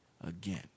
again